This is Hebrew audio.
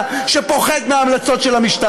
כל דקה שאתה נמצא פה אתה גורם נזק לדמוקרטיה הישראלית.